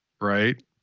right